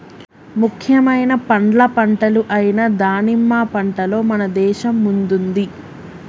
ముఖ్యమైన పండ్ల పంటలు అయిన దానిమ్మ పంటలో మన దేశం ముందుంది